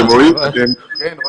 אתם רואים אותי וגם שומעים?